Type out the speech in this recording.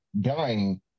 dying